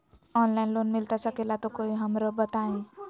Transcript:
Online loan मिलता सके ला तो हमरो बताई?